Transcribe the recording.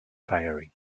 firing